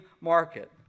market